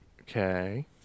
Okay